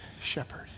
shepherd